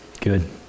Good